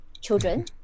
children